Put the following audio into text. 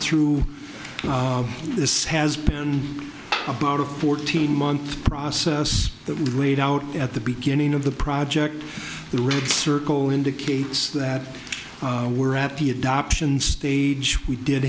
through this has been about a fourteen month process that weighed out at the beginning of the project the red circle indicates that we're at the adoption stage we did